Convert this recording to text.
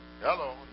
hello